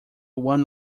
one